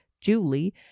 julie